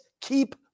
keep